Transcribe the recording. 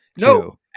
No